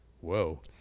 whoa